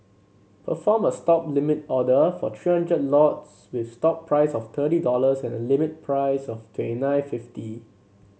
perform a Stop limit order for three hundred lots with stop price of thirty dollars and limit price of twenty nine fifty